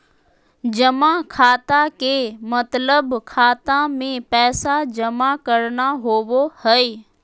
जमा खाता के मतलब खाता मे पैसा जमा करना होवो हय